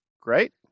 great